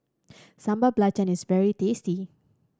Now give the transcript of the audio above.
Sambal Belacan is very tasty